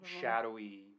shadowy